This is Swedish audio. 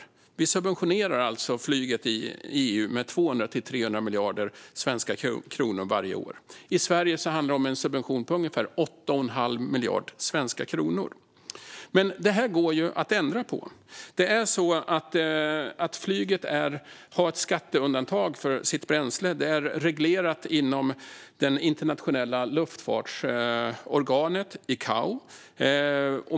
Varje år subventionerar vi alltså flyget i EU med 200-300 miljarder svenska kronor. I Sverige handlar det om en subvention på ungefär 8 1⁄2 miljard svenska kronor. Det här går dock att ändra på. Att flyget har ett skatteundantag för sitt bränsle är reglerat inom det internationella luftfartsorganet ICAO.